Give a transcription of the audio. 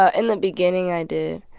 ah in the beginning, i did,